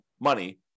money